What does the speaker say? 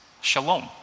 shalom